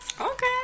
Okay